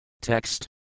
Text